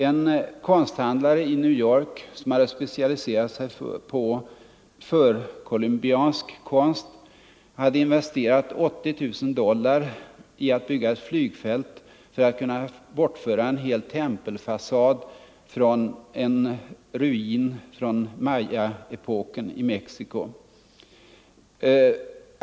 En konsthandlare i New York som hade specialiserat sig på förkolumbiansk konst hade investerat 80 000 dollar i att bygga ett flygfält för att kunna bortföra en hel tempelfasad av en ruin från Mayaepoken i Mexico.